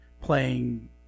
playing